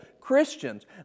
Christians